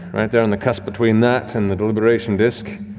right there on the cusp between that and the deliberation disc.